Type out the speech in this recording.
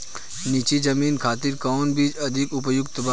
नीची जमीन खातिर कौन बीज अधिक उपयुक्त बा?